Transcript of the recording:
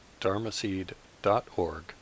dharmaseed.org